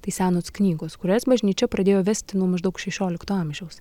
tai senos knygos kurias bažnyčia pradėjo vesti nuo maždaug šešiolikto amžiaus